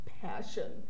passion